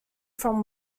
from